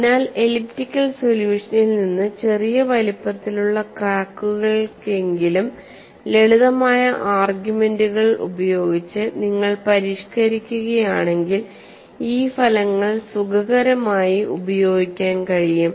അതിനാൽ എലിപ്റ്റിക്കൽ സൊല്യൂഷനിൽ നിന്ന് ചെറിയ വലിപ്പത്തിലുള്ള ക്രാക്കുകൾക്കെങ്കിലും ലളിതമായ ആർഗ്യുമെന്റുകൾ ഉപയോഗിച്ച് നിങ്ങൾ പരിഷ്ക്കരിക്കുകയാണെങ്കിൽ ഈ ഫലങ്ങൾ സുഖകരമായി ഉപയോഗിക്കാൻ കഴിയും